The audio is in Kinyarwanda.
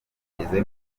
rugeze